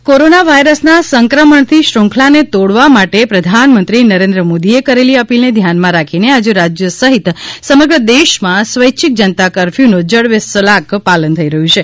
મુખ્યમંત્રી કોરોના વાથરસના સંક્રમણની શ્રુખંલાને તોડવા માટે પ્રધાનમંત્રી નરેન્દ્ર મોદીએ કરેલી અપીલને ધ્યાનમાં રાખીને આજે રાજથ સહિત સમગ્ર દેશમાં સ્વૈચ્છિક જનતા કરફર્યુનો જડબેસલાક પાલન થઇ રહયું છે